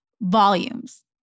volumes